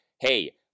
hey